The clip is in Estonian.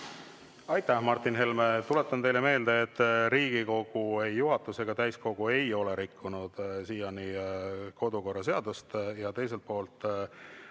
Aitäh, Martin Helme! Tuletan teile meelde, et Riigikogu juhatus ega täiskogu ei ole rikkunud siiani kodukorraseadust. Ja teiselt poolt,